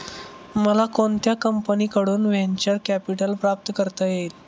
मला कोणत्या कंपनीकडून व्हेंचर कॅपिटल प्राप्त करता येईल?